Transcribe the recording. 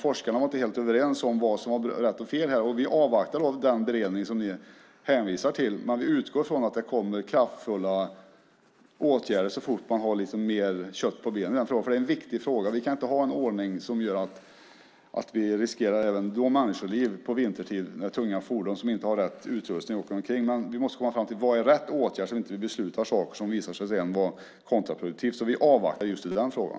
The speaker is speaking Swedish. Forskarna var inte helt överens om vad som var rätt och fel här. Vi avvaktar den beredning som ni hänvisar till, men vi utgår ifrån att det kommer kraftfulla åtgärder så fort man har mer kött på benen i den frågan. Det är en viktig fråga. Vi kan inte ha en ordning som gör att vi riskerar människoliv vintertid när tunga fordon som inte har rätt utrustning åker omkring. Men vi måste komma fram till vad som är rätt åtgärd, så att vi inte beslutar om saker som sedan visar sig vara kontraproduktiva. Vi avvaktar i den frågan.